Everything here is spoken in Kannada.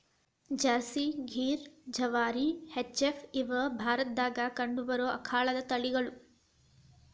Jersey, Gir, Jawari, H F, ಇವ ಭಾರತದಾಗ ಕಂಡಬರು ಆಕಳದ ತಳಿಗಳು